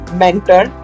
mentor